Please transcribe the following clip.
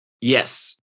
Yes